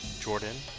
Jordan